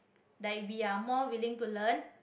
like we are more willing to learn